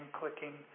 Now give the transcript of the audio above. clicking